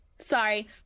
sorry